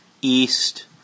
east